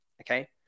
okay